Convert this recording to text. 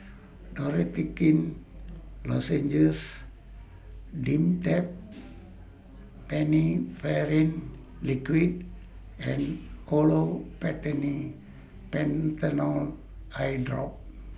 Dorithricin Lozenges Dimetapp Phenylephrine Liquid and Olopatadine Patanol Eyedrop